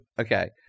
Okay